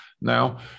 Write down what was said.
now